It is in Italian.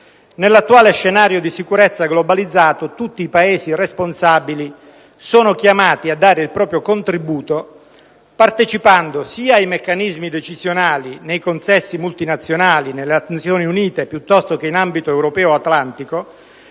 nell'attuale scenario di sicurezza globalizzato tutti i Paesi responsabili sono chiamati a dare il proprio contributo partecipando sia ai meccanismi decisionali nei consessi multinazionali, nelle Nazioni Unite, piuttosto che in ambito europeo-atlantico,